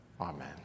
Amen